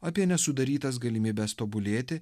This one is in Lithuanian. apie nesudarytas galimybes tobulėti